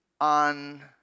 on